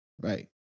right